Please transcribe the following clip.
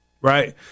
right